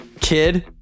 kid